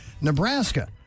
Nebraska